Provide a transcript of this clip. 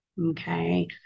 okay